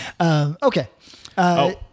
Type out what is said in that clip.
Okay